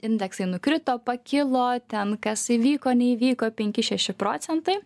indeksai nukrito pakilo ten kas įvyko neįvyko penki šeši procentai